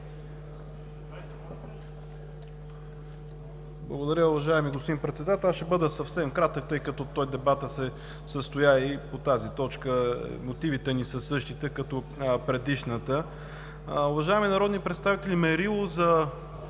Благодаря Ви, уважаеми господин Председател. Ще бъда съвсем кратък, тъй като дебатът се състоя и по тази точка. Мотивите ни са същите, като по предишната. Уважаеми народни представители, мерило за